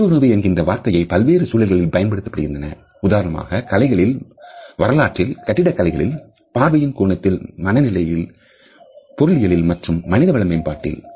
தொடுஉணர்வு என்கின்ற வார்த்தை பல்வேறு சூழல்களில் பயன்படுத்தப்படுகிறது உதாரணமாக கலைகளின் வரலாற்றில் கட்டிடக்கலைகளில் பார்வையின் கோணத்தில் மனநிலையில் பொருளியலில் மற்றும் மனிதவள மேம்பாட்டில்